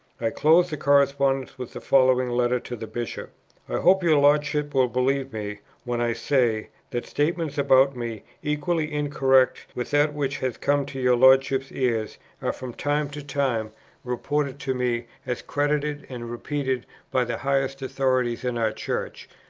i closed the correspondence with the following letter to the bishop i hope your lordship will believe me when i say, that statements about me, equally incorrect with that which has come to your lordship's ears, are from time to time reported to me as credited and repeated by the highest authorities in our church,